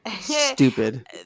stupid